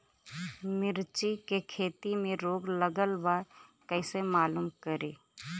मिर्ची के खेती में रोग लगल बा कईसे मालूम करि?